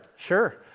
Sure